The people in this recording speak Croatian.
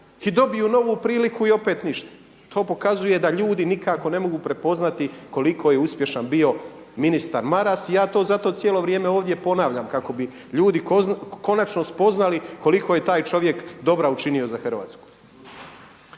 dobiju novu priliku i opet ništa. To pokazuje da ljudi nikako ne mogu prepoznati koliko je uspješan bio ministar Maras i ja to zato cijelo vrijeme ovdje ponavljam kako bi ljudi konačno spoznali koliko je taj čovjek dobra učinio za Hrvatsku.